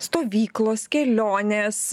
stovyklos kelionės